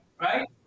right